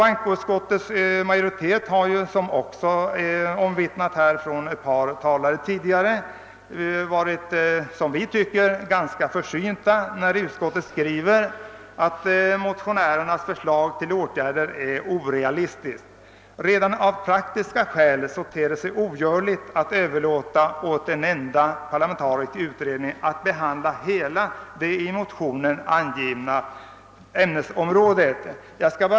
Bankoutskottets majoritet har enligt vår mening varit ganska försynt när den skrivit att motionärernas förslag till åtgärder är orealistiskt. Redan av praktiska skäl ter det sig ogörligt att överlåta åt en enda parlamentarisk utredning att behandla hela det i motionen angivna ämnesområdet.